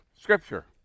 Scripture